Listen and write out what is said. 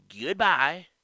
goodbye